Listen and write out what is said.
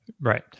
Right